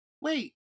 Wait